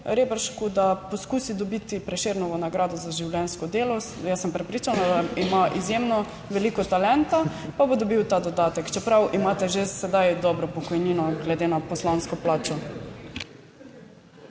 Reberšku, da poskusi dobiti Prešernovo nagrado za življenjsko delo. Sem prepričana, da ima izjemno veliko talenta, pa bo dobil ta dodatek, čeprav imate že sedaj dobro pokojnino glede na poslansko plačo.